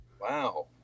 Wow